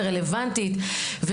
רלוונטית,